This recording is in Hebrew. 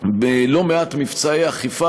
לא מעט מבצעי אכיפה,